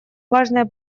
важные